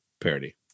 Parody